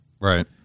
Right